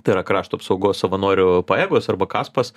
tai yra krašto apsaugos savanorių pajėgos arba kaspas